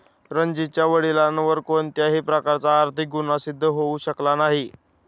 रणजीतच्या वडिलांवर कोणत्याही प्रकारचा आर्थिक गुन्हा सिद्ध होऊ शकला नाही